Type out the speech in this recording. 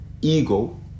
ego